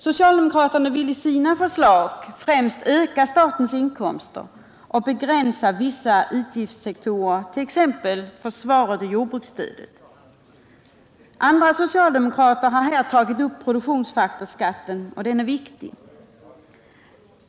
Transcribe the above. Socialdemokraterna vill i sina förslag främst öka statens inkomster och begränsa vissa utgiftssektorer, t.ex. försvaret och jordbruksstödet. Andra socialdemokrater har tagit upp produktionsfaktorsskatten, och den är viktig.